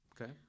Okay